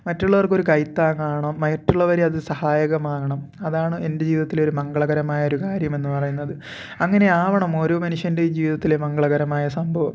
മറ്റുള്ളവർക്ക് ഒരു കൈതാങ്ങ് ആകണം മറ്റുള്ളവരെ അത് സഹായകമാകണം അതാണ് എൻ്റെ ജീവിതത്തിലെ ഒരു മംഗളകരമായ ഒരു കാര്യമെന്ന് പറയുന്നത് അങ്ങനെയാകണം ഓരോ മനുഷ്യൻ്റെയും ജീവിതത്തിലെ മംഗളകരമായ സംഭവം